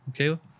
Okay